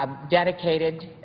ah dedicated.